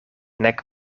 nek